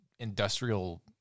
industrial